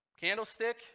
candlestick